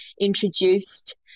introduced